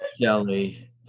shelly